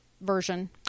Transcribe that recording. version